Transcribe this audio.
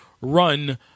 run